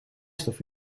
stof